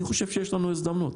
אני חושב שיש לנו הזדמנות.